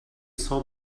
saw